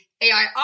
AI